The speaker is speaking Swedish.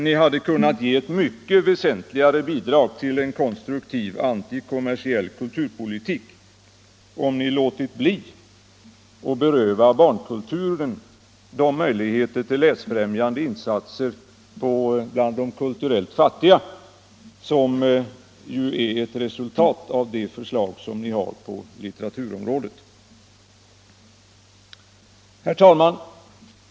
Ni hade kunnat ge ett mycket väsentligare bidrag till en konstruktiv antikommersiell kulturpolitik om ni låtit bli att beröva barnkulturen möjligheter till läsfrämjande insatser bland de kulturellt fattiga — ett resultat av de förslag som ni har på litteraturområdet. Herr talman!